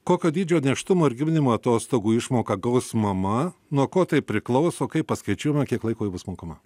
kokio dydžio nėštumo ir gimdymo atostogų išmoką gaus mama nuo ko tai priklauso kaip paskaičiuojama kiek laiko ji bus mokama